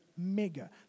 Mega